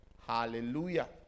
Hallelujah